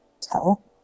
tell